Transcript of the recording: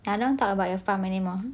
I don't want to talk about your farm anymore